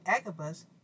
Agabus